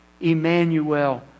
Emmanuel